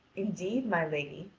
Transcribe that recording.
indeed, my lady,